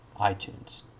iTunes